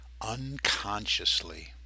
unconsciously